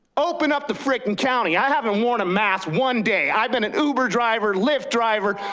open up the frickin' county. i haven't worn a mask one day. i've been an uber driver, lyft driver.